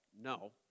No